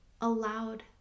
allowed